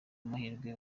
amahirwe